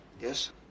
Yes